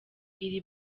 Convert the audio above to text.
iri